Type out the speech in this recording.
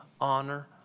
honor